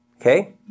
Okay